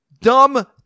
dumb